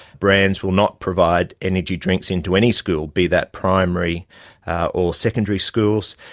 brands will not provide energy drinks into any school, be that primary or secondary schools.